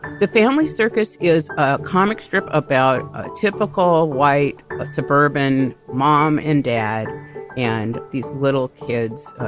the family circus is a comic strip about a typical white ah suburban mom and dad and these little kids,